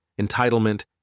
entitlement